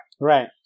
Right